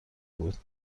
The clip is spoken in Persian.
بود